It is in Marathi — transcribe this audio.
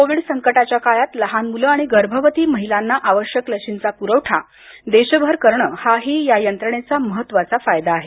कोविड संकटाच्या काळात लहान मुलं आणि गर्भवती महिलांना आवश्यक लशींचा पुरवठा देशभर करणं हाही या यंत्रणेचा महत्त्वाचा फायदा आहे